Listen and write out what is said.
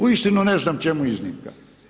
Uistinu ne znam čemu iznimka.